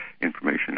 information